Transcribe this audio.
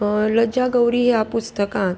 लज्जा गौरी ह्या पुस्तकांत